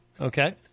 Okay